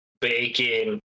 bacon